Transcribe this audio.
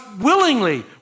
willingly